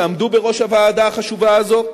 שעמדו בראש הוועדה החשובה הזאת,